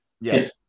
Yes